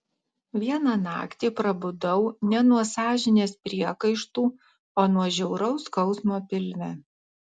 vieną naktį prabudau ne nuo sąžinės priekaištų o nuo žiauraus skausmo pilve